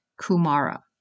Kumara